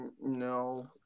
no